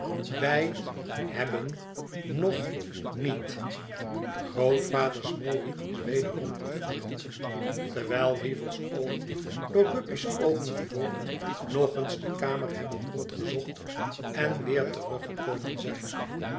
wij hebben nog niet grootvader smallweed is wederom afgeloopen terwijl weevle's oogen door guppy's oogen gevolgd nog eens de kamer hebben rondgezocht en weer teruggekomen zijn